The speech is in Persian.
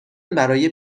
برای